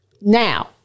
Now